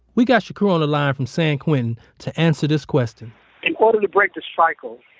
we got shakur on the line from san quentin to answer this question in order to break the cycle,